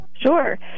Sure